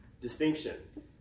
distinction